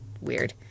weird